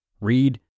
read